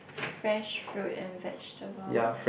fresh fruit and vegetable